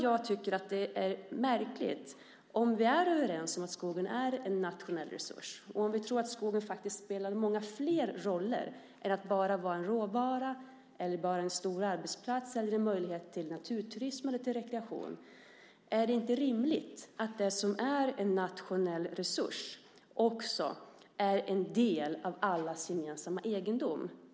Om vi är överens om att skogen är en nationell resurs och om vi tror att skogen spelar många fler roller än att bara vara en råvara, en stor arbetsplats eller en möjlighet till naturturism och lite rekreation - är det då inte rimligt att det som är en nationell resurs också är en del av allas gemensamma egendom?